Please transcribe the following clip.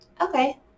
Okay